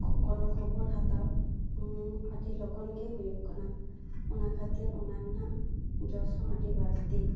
ᱠᱳᱱᱳ ᱠᱷᱚᱵᱚᱨ ᱦᱟᱛᱟᱣ ᱟᱹᱰᱤ ᱞᱚᱜᱚᱱ ᱜᱮ ᱦᱩᱭᱩᱜ ᱠᱟᱱᱟ ᱚᱱᱟ ᱠᱷᱟᱹᱛᱤᱨ ᱚᱱᱟ ᱨᱮᱱᱟᱜ ᱡᱚᱥ ᱦᱚᱸ ᱟᱹᱰᱤ ᱵᱟᱹᱲᱛᱤ